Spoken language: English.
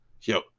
yo